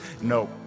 no